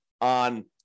on